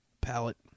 Palette